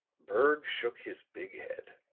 berg shook his big head.